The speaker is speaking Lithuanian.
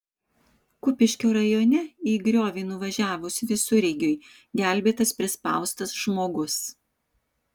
kupiškio rajone į griovį nuvažiavus visureigiui gelbėtas prispaustas žmogus